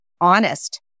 honest